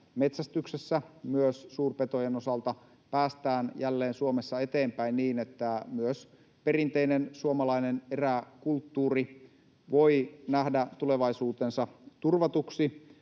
metsästyksessä myös suurpetojen osalta päästään jälleen Suomessa eteenpäin niin, että myös perinteinen suomalainen eräkulttuuri voi nähdä tulevaisuutensa turvatuksi,